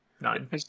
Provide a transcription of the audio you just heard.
nine